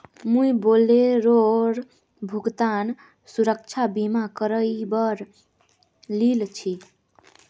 मुई बोलेरोर भुगतान सुरक्षा बीमा करवइ लिल छि